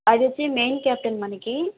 అది వచ్చి main capital మనకు